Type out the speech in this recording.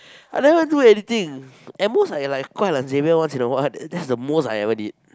I never even do anything at most I like guai lan Xavier once in a while that's the most I ever did